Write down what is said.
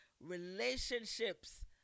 relationships